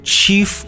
Chief